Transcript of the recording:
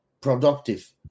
productive